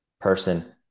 person